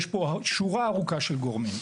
יש פה שורה ארוכה של גורמים.